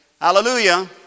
Hallelujah